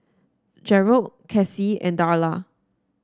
Gerald Kassie and Darla